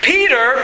Peter